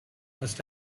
must